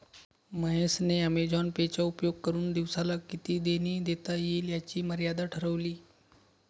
महेश ने Amazon Pay चा उपयोग करुन दिवसाला किती देणी देता येईल याची मर्यादा ठरवली